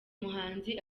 muhanzi